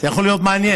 זה יכול להיות מעניין.